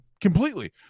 completely